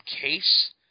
case –